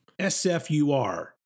SFUR